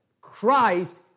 Christ